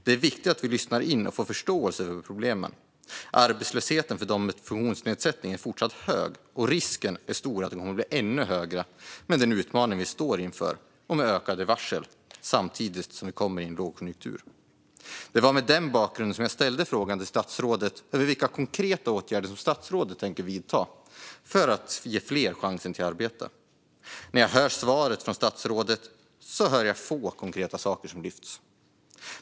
Det är viktigt att vi lyssnar in och får förståelse för problemen. Arbetslösheten för dem med funktionsnedsättning är fortsatt hög, och risken är stor för att den kommer att bli ännu högre med den utmaning vi nu står inför med ökade varsel samtidigt som vi kommer in i en lågkonjunktur. Det var med den bakgrunden som jag ställde frågan till statsrådet om vilka konkreta åtgärder som statsrådet tänker vidta för att ge fler chansen till arbete. I svaret från statsrådet hör jag få konkreta saker som lyfts.